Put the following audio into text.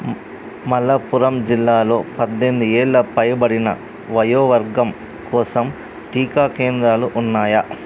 మళప్పురం జిల్లాలో పద్దెనిమిది ఏళ్ళు పైబడిన వయోవర్గం కోసం టీకా కేంద్రాలు ఉన్నాయా